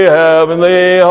heavenly